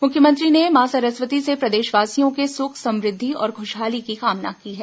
मुख्यमंत्री ने मां सरस्वती से प्रदेशवासियों के सुख समृद्धि और खुशहाली की कामना की है